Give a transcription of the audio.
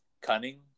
cunning